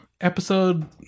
episode